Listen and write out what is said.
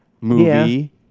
movie